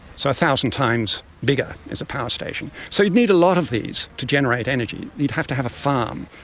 so one thousand times bigger is a power station. so you'd need a lot of these to generate energy, you'd have to have a farm.